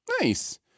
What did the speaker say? Nice